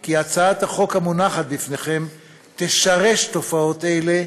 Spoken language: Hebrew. כי הצעת החוק המונחת בפניכם תשרש תופעות אלה,